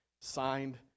signed